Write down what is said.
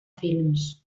films